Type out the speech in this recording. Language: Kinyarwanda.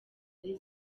ari